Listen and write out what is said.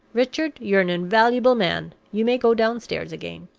richard, you're an invaluable man you may go downstairs again.